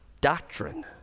doctrine